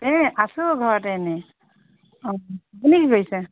এই আছোঁ ঘৰতে এনেই আপুনি কি কৰিছে